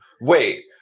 wait